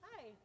Hi